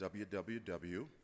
www